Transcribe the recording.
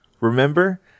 Remember